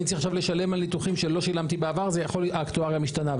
צריך לשלם על ניתוחים שלא שילמתי בעבר האקטואריה משתנה,